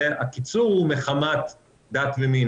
הקיצור הוא "מחמת דן ומין",